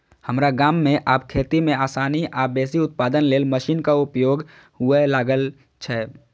हमरा गाम मे आब खेती मे आसानी आ बेसी उत्पादन लेल मशीनक उपयोग हुअय लागल छै